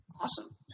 Awesome